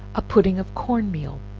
a pudding of corn meal.